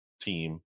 team